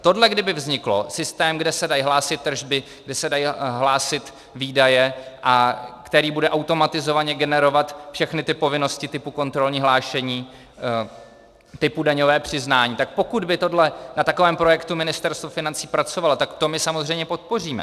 Tohle kdyby vzniklo, systém, kde se dají hlásit tržby, kde se dají hlásit výdaje a který bude automatizovaně generovat všechny ty povinnosti typu kontrolní hlášení, typu daňové přiznání, tak pokud by na takovém projektu Ministerstvo financí pracovalo, tak to my samozřejmě podpoříme.